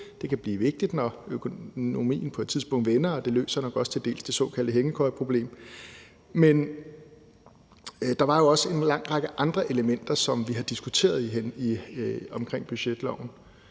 Det kan blive vigtigt, når økonomien på et tidspunkt vender, og det løser nok også til dels det såkaldte hængekøjeproblem. Men der var jo også en lang række andre elementer omkring budgetloven,